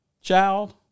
child